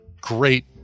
great